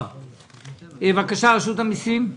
בבקשה, רשות המסים.